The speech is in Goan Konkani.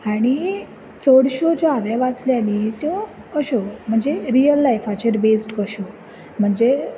आनी चडश्यो ज्यो हांवें वाचल्या न्ही त्यो अश्यो म्हणजे रियल लायफाचेर बॅज्ड कश्यो म्हणजे